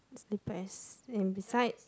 it's depressed and besides